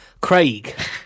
Craig